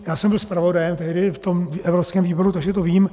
Já jsem byl zpravodajem tehdy v tom evropském výboru, takže to vím.